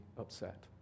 upset